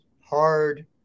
hard